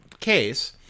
case